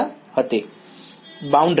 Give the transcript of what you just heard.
વિદ્યાર્થી બાઉન્ડ્રી